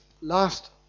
last